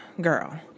girl